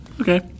Okay